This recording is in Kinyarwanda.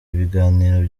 ibiganiro